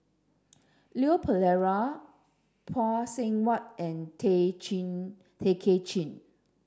Leon Perera Phay Seng Whatt and Tay Chin Tay Kay Chin